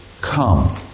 come